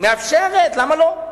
מאפשרת, למה לא?